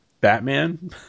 Batman